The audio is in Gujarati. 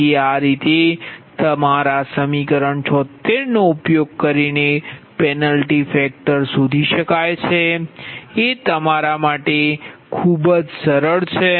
તેથી આ રીતે તમારા સમીકરણ 76 નો ઉપયોગ કરીને પેનલ્ટી ફેકટર શોધવો એ તમારે માટે ખૂબ જ સરળ છે